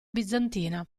bizantina